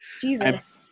jesus